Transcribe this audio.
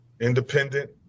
independent